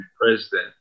president